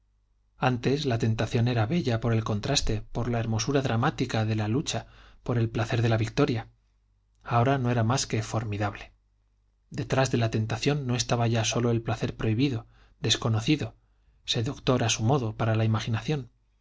antes la tentación era bella por el contraste por la hermosura dramática de la lucha por el placer de la victoria ahora no era más que formidable detrás de la tentación no estaba ya sólo el placer prohibido desconocido seductor a su modo para la imaginación